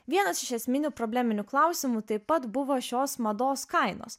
vienas iš esminių probleminių klausimų taip pat buvo šios mados kainos